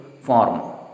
form